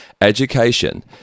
education